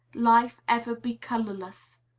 life ever be colorless?